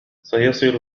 سيصل